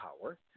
power